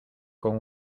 con